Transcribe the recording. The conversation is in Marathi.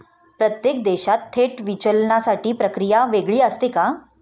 प्रत्येक देशात थेट विचलनाची प्रक्रिया वेगळी असते का?